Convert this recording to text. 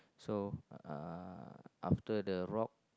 so uh after the rock